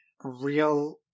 real